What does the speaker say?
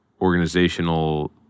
organizational